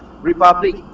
republic